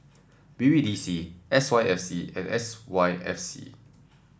B B D C S Y F C and S Y F C